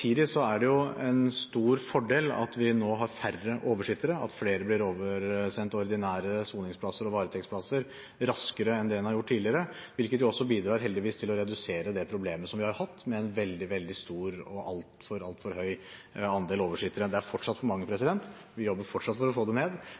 arbeidet. Så er det naturligvis mer krevende å få det på plass i de glattcellebyggene vi har i dag, og det er ikke satt av særskilte budsjettmidler – som representanten selv peker på – for å oppnå det nå. Samtidig er det en stor fordel at vi nå har færre oversittere, at flere blir oversendt ordinære soningsplasser og varetektsplasser, raskere enn det en har gjort tidligere, hvilket heldigvis også bidrar til å redusere det problemet som vi har